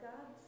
God